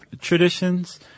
traditions